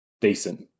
decent